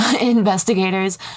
investigators